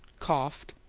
coughed,